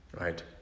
right